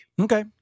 Okay